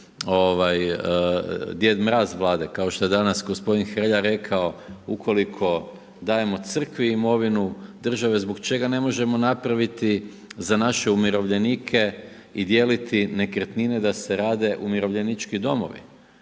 djed mraz Vlade, kao što je danas gospodin Hrelja rekao, ukoliko dajemo crkvi imovinu države zbog čega ne možemo napraviti za naše umirovljenike i dijeliti nekretnine da se rade umirovljenički domovi?